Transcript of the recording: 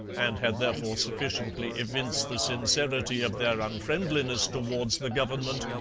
and had therefore sufficiently evinced the sincerity of their unfriendliness towards the government,